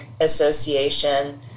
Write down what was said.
association